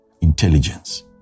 intelligence